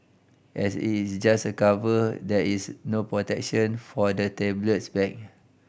as it is just a cover there is no protection for the tablet's back